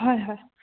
হয় হয়